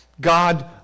God